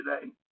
today